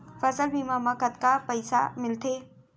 फसल बीमा म कतका पइसा मिलथे?